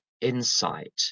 insight